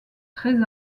très